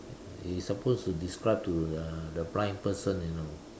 you suppose to describe to the the blind person you know